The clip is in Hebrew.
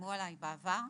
שאיימו עליי בעבר.